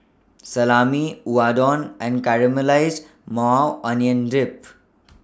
Salami Unadon and Caramelized Maui Onion Dip